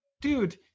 dude